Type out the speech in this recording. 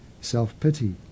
self-pity